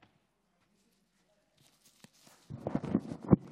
אדוני היושב-ראש,